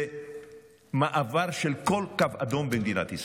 זה מעבר לכל קו אדום במדינת ישראל.